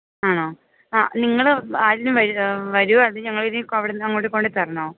ആണോ ആ നിങ്ങൾ ആരേലും വരുമോ അതോ ഞങ്ങൾ ഇൻ അവിടുന്ന് അങ്ങോട്ട് കൊണ്ടുവന്ന് തരണോ